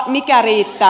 mikä riittää